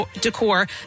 decor